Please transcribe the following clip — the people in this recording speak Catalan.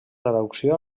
traducció